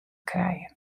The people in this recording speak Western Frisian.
krijen